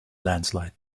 landslide